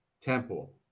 Temple